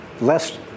less